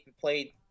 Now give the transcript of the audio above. played